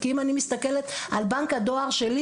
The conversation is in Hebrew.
כי אם אני מסתכלת על בנק הדואר שלי,